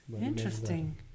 Interesting